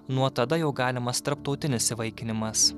nuo tada jau galimas tarptautinis įvaikinimas